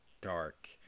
dark